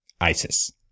ISIS